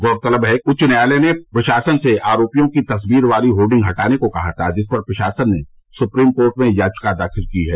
गौरतलब है कि उच्च न्यायालय ने प्रशासन से आरोपियों की तस्वीर वाली होर्डिंग हटाने को कहा था जिस पर प्रशासन ने स्प्रीम कोर्ट में याचिका दाखिल की है